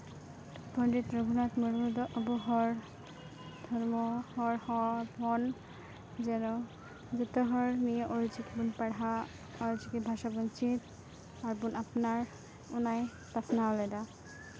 ᱯᱚᱱᱰᱤᱛ ᱨᱟᱹᱜᱷᱩᱱᱟᱛᱷ ᱢᱩᱨᱢᱩ ᱫᱚ ᱟᱵᱚ ᱦᱚᱲ ᱫᱷᱚᱨᱢᱚ ᱦᱚᱲ ᱦᱚᱸ ᱫᱷᱚᱱ ᱡᱮᱱᱚ ᱡᱚᱛᱚᱦᱚᱲ ᱱᱤᱭᱟᱹ ᱚᱞᱪᱤᱠᱤ ᱵᱚᱱ ᱯᱟᱲᱦᱟᱜ ᱚᱞ ᱪᱤᱠᱤ ᱵᱷᱟᱥᱟ ᱵᱚᱱ ᱪᱮᱫ ᱟᱨᱵᱚᱱ ᱟᱯᱱᱟᱨ ᱚᱱᱟᱭ ᱯᱟᱥᱱᱟᱣ ᱞᱮᱫᱟ